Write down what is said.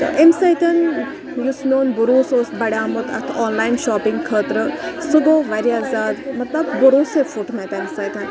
تہٕ امہِ سۭتۍ یُس میون بُروسہٕ اوس بَڑیومُت اَتھ آنلاین شاپِنٛگ خٲطرٕ سُہ گوٚو واریاہ زیادٕ مطلب بُروسٕے پھُٹھ مےٚ تٔمۍ سۭتۍ